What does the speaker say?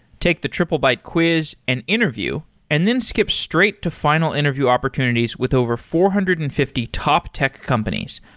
take the triplebyte quiz and interview and then skip straight to final interview opportunities with over four hundred and fifty top tech companies,